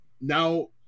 now